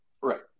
Right